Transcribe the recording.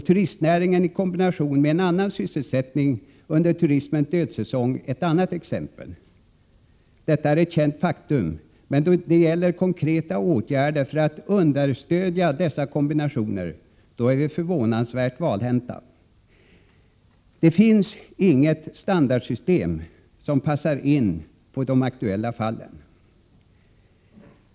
Turistnäring i kombination med en annan sysselsättning under turismens dödsäsong är ett annat exempel. Detta är ett känt faktum, men då det gäller konkreta åtgärder för att understödja dessa kombinationer är vi förvånansvärt valhänta. Det finns inget standardsystem som passar in på de aktuella fallen.